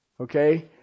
Okay